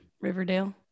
Riverdale